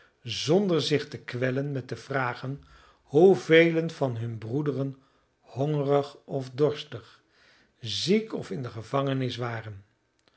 zonder zich te kwellen met te vragen hoevelen van hunne broederen hongerig of dorstig ziek of in de gevangenis waren